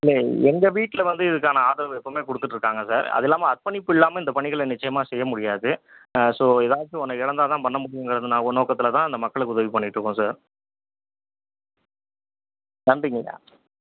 இல்லை எங்கள் வீட்டில் வந்து இதுக்கான ஆதரவு எப்பவுமே கொடுத்துட்டு இருக்கிறாங்க சார் அது இல்லாமல் அர்ப்பணிப்பு இல்லாமல் இந்த பணிகளை நிச்சயமாக செய்ய முடியாது ஸோ ஏதாச்சும் ஒன்றை இழந்தா தான் பண்ண முடியுங்கிற ஒரு நோக்கத்தில் தான் இந்த மக்களுக்கு உதவி பண்ணிக்கிட்டு இருக்கிறோம் சார் நன்றிங்க ஐயா